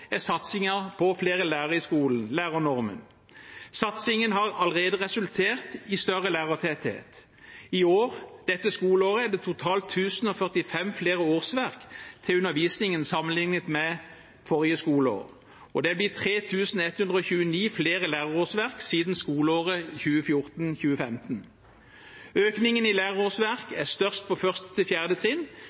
er satsingen på flere lærere i skolen – lærernormen. Satsingen har allerede resultert i større lærertetthet. I dette skoleåret er det totalt 1 045 flere årsverk til undervisningen sammenliknet med forrige skoleår, og det er 3 129 flere lærerårsverk siden skoleåret 2014–2015. Økningen i lærerårsverk er størst på